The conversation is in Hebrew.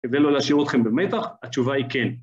כדי לא להשאיר אותכם במתח? התשובה היא כן.